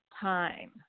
time